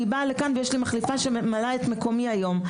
אני באה לכאן ויש לי מחליפה שממלא את מקומי היום,